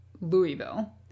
Louisville